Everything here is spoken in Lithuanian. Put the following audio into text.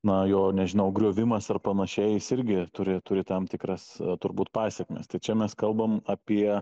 na jo nežinau griovimas ar panašiai jis irgi turi turi tam tikras turbūt pasekmes tai čia mes kalbam apie